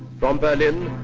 from berlin,